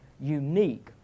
unique